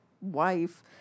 wife